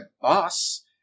boss